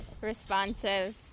responsive